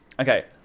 okay